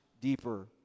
deeper